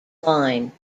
line